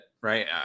right